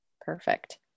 Perfect